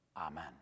Amen